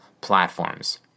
platforms